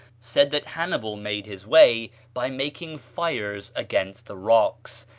said that hannibal made his way by making fires against the rocks,